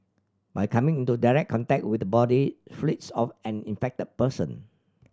by coming into direct contact with the body fluids of an infected person